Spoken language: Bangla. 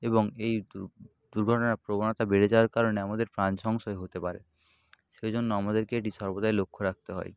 এবং এই দুর্ঘটনার প্রবণতা বেড়ে যাওয়ার কারণে আমাদের প্রাণ সংশয় হতে পারে সেই জন্য আমাদেরকে এটি সর্বদাই লক্ষ্য রাখতে হয়